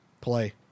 play